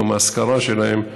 יום האזכרה שלהם.